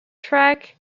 track